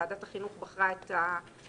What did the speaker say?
ועדת החינוך בחרה את הנציגים.